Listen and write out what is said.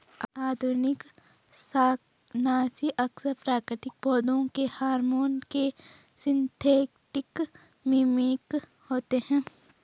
आधुनिक शाकनाशी अक्सर प्राकृतिक पौधों के हार्मोन के सिंथेटिक मिमिक होते हैं